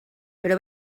però